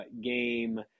game